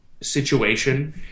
situation